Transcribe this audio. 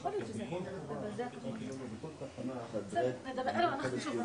מירב ליבנה, הלשכה